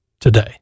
today